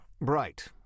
Bright